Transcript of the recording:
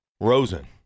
Rosen